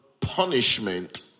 punishment